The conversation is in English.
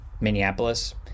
Minneapolis